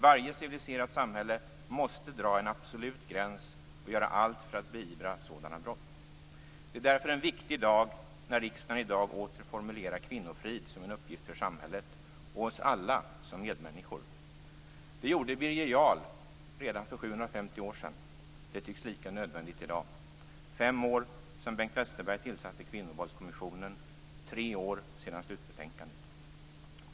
Varje civiliserat samhälle måste dra en absolut gräns och göra allt för att beivra sådana brott. Det är därför en viktig dag när riksdagen i dag åter formulerar kvinnofrid som en huvuduppgift för samhället och oss alla som medmänniskor. Det gjorde Birger Jarl redan för 750 år sedan. Det tycks lika nödvändigt i dag, fem år sedan Bengt Westerberg tillsatte Kvinnovåldskommissionen och tre år sedan slutbetänkandet.